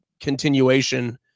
continuation